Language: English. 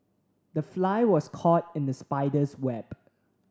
the fly was caught in the spider's web